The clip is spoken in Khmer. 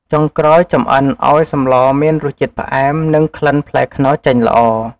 ចុងក្រោយចម្អិនឱ្យសម្លមានរសជាតិផ្អែម និងក្លិនផ្លែខ្នុរចេញល្អ។